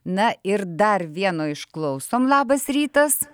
na ir dar vieno išklausom labas rytas